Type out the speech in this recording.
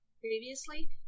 previously